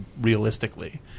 realistically